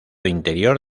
interior